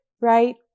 right